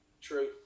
true